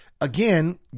Again